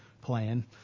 plan